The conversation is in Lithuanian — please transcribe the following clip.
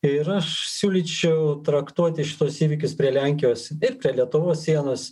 ir aš siūlyčiau traktuoti šituos įvykius prie lenkijos ir lietuvos sienos